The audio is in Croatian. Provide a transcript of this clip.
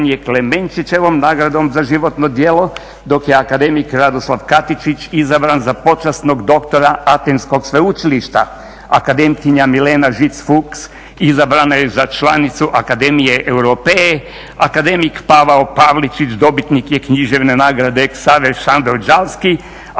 je Klemenčićevom nagradom za životno djelo, dok je akademik Radoslav Katičić izabran za počasnog doktora Atenskog sveučilišta. Akademkinja Milena Žic Fuchs izabrana je za članicu Akademije Europee. Akademik Pavao Pavličić dobitnik je književne nagrade Ksaver Šandor Đalski.